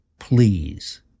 Please